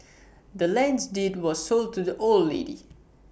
the land's deed was sold to the old lady